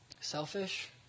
selfish